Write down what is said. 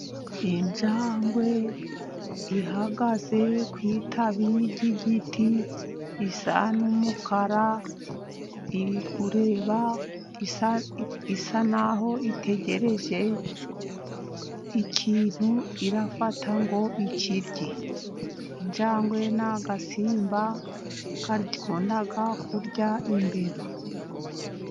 Injangwe ihagaze ku itabi ry'giti, isa n'umukara, iri kureba, isa n'aho itegereje ikintu irafata ngo ikirye. Injangwe ni agasimba gakunda kurya imbeba.